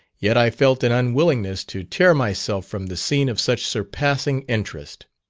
yet i felt an unwillingness to tear myself from the scene of such surpassing interest.